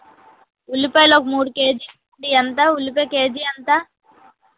ఉల్లిపాయలు ఒక మూడుకేజీలు ఇయ్యండి ఎంత ఉల్లిపాయలు కేజీ ఎంత